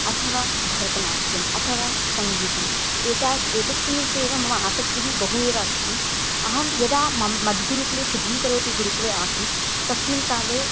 अथवा भरतनाट्यम् अथवा सङ्गीतम् एतासु एतस्मिन् विषये एव मम आसक्तिः बहु एव अस्ति अहं यदा मम् मद्गुरुकुले शुभङ्करोति गुरुकुले आसं तस्मिन् काले